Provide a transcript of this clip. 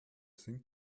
sind